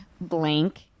blank